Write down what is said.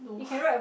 no